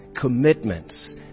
commitments